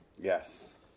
Yes